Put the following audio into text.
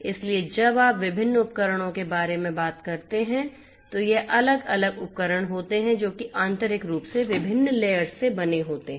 इसलिए जब आप विभिन्न उपकरणों के बारे में बात करते हैं तो ये अलग अलग उपकरण होते हैं जो आंतरिक रूप से विभिन्न लेयर्स से बने होते हैं